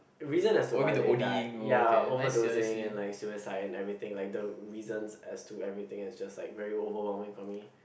reason as to why they die ya overdosing and like suicide and everything like the reasons as to everything is just like very overwhelming to me